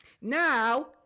now